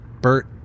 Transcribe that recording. Bert